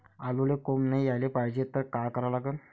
आलूले कोंब नाई याले पायजे त का करा लागन?